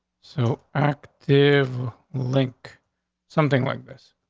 so active link something like this.